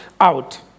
out